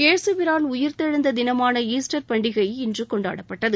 யேசுபிரான் உயிர்த்தெழுந்த தினமான ஈஸ்டர் பண்டிகை இன்று கொண்டாடப்பட்டது